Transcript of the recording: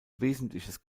wesentliches